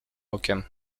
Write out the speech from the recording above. okiem